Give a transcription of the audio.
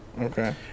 Okay